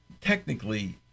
technically